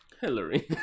Hillary